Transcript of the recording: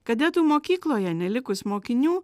kadetų mokykloje nelikus mokinių